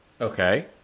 Okay